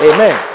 Amen